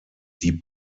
die